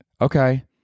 okay